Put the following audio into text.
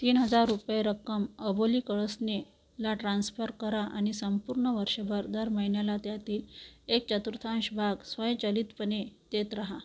तीन हजार रुपय रक्कम अबोली कळसनेला ट्रान्स्फर करा आणि संपूर्ण वर्षभर दर महिन्याला त्याती एक चतुर्थांश भाग स्वयंचलितपणे देत रहा